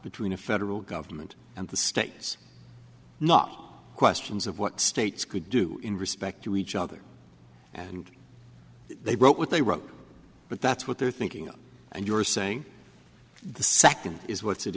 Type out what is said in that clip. between the federal government and the states not questions of what states could do in respect to each other and they wrote what they wrote but that's what they're thinking of and you're saying the second is what's